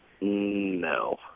No